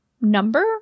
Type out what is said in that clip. number